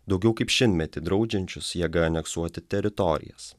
daugiau kaip šimtmetį draudžiančius jėga aneksuoti teritorijas